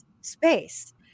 space